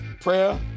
prayer